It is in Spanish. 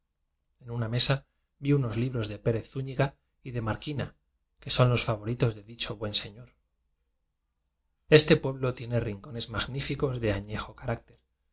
en una mesa vi unos libros de pérez zúñiga y de marquina que son ios favoritos de dicho buen señor este pueblo tiene rincones magníficos de añejo